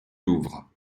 louvre